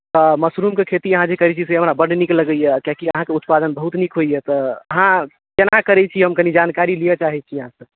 आ मशरूमके खेती अहाँ जे करैत छी से हमरा बड्ड नीक लगैए कियाकि अहाँके उत्पादन बहुत नीक होइए तऽ अहाँ केना करैत छियै से हम कनी जानकारी लिअ चाहैत छी अहाँसँ